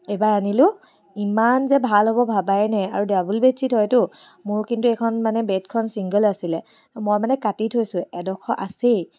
এইবাৰ আনিলো ইমান যে ভাল হ'ব ভাবাই নাই আৰু ডাবল বেডশ্বিট হয়তো মোৰ কিন্তু এইখন মানে বেডখন চিংগল আছিলে মই মানে কাটি থৈছো এডখৰ আছেই